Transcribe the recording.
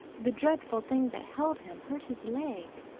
the dreadful thing that held him hurt his leg,